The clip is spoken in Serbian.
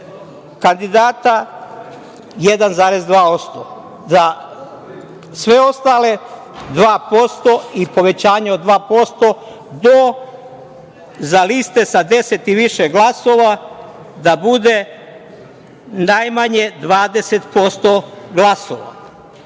kandidata 1,2%. Za sve ostale 2% i povećanje od 2%, dok za liste sa 10 i više glasova da bude najmanje 20% glasova.